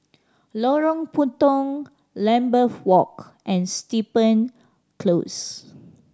Lorong Puntong Lambeth Walk and Steven Close